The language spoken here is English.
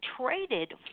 traded